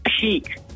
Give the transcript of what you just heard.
peak